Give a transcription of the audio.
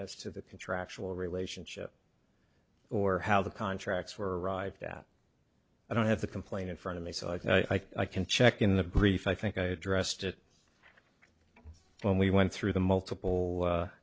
as to the contractual relationship or how the contracts were arrived at i don't have the complaint in front of me so i can check in the brief i think i addressed it when we went through the multiple